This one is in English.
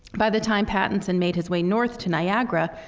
by the time pattinson made his way north to niagara,